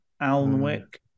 Alnwick